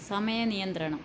സമയ നിയന്ത്രണം